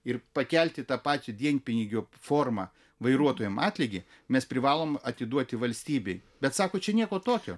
ir pakelti ta pačia dienpinigių forma vairuotojam atlygį mes privalom atiduoti valstybei bet sako čia nieko tokio